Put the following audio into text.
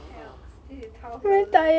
help steer you twelve dollars